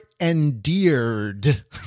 endeared